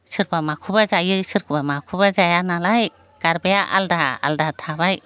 सोरबा माखौबा जायो सोरबा माखौबा जायानालाय गारबाया आलदा आलदा थाबाय